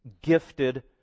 gifted